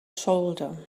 shoulder